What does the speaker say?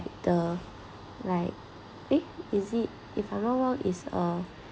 the like eh is it if I'm not wrong is uh